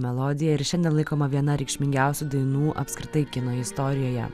melodija ir šiandien laikoma viena reikšmingiausių dainų apskritai kino istorijoje